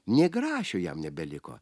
nė grašio jam nebeliko